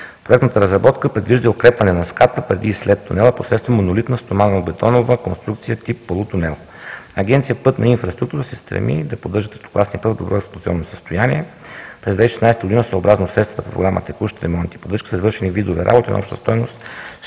Проектната разработка предвижда и укрепване на ската преди и след тунела посредством монолитна стоманобетонова конструкция тип полутунел. Агенция „Пътна инфраструктура“ се стреми да поддържа третокласния път в добро експлоатационно състояние. През 2016 г. съобразно средствата по Програма „Текущ ремонт и поддържане“ са извършени видове работи на обща стойност